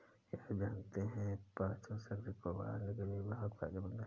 क्या आप जानते है पाचनशक्ति को बढ़ाने के लिए भांग फायदेमंद है?